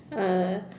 uh